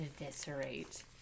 eviscerate